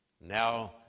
Now